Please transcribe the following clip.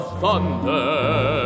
thunder